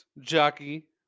jockey